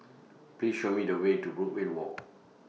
Please Show Me The Way to Brookvale Walk